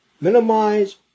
minimize